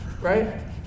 right